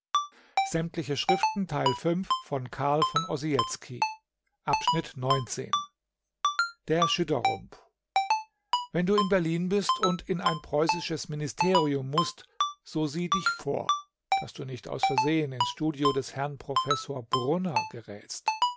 der schüdderump wenn du in berlin bist und in ein preußisches ministerium mußt so sieh dich vor daß du nicht aus versehen ins studio des herrn professor brunner gerätst